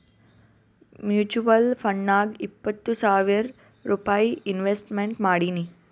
mutual ಫಂಡ್ನಾಗ್ ಇಪ್ಪತ್ತು ಸಾವಿರ್ ರೂಪೈ ಇನ್ವೆಸ್ಟ್ಮೆಂಟ್ ಮಾಡೀನಿ